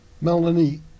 Melanie